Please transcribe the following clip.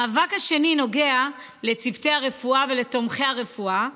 המאבק השני נוגע לצוותי הרפואה ולתומכי הרפואה,